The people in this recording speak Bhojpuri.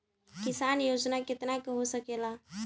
किसान योजना कितना के हो सकेला?